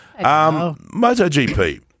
MotoGP